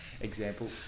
Example